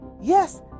Yes